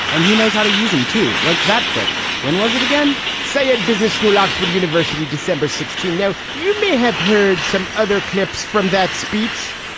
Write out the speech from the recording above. and he knows how to use them to like that clip when was it again, say, at business school, oxford university, december sixteen now. you may have heard some other clips from that speech,